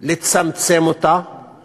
לצמצם אותה